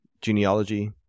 genealogy